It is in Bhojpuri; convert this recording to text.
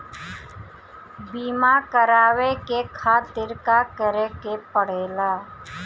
बीमा करेवाए के खातिर का करे के पड़ेला?